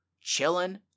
chilling